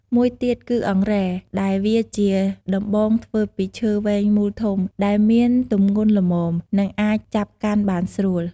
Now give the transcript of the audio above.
មួយទៀតគឺអង្រែ ដែលវាជាដំបងធ្វើពីឈើវែងមូលធំ ដែលមានទម្ងន់ល្មម និងអាចចាប់កាន់បានស្រួល។